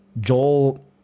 Joel